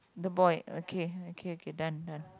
the boy okay okay okay done done